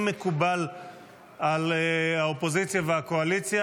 אם מקובל על האופוזיציה ועל הקואליציה,